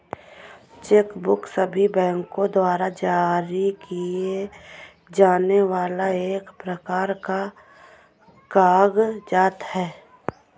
check book सभी बैंको द्वारा जारी किए जाने वाला एक प्रकार का कागज़ात है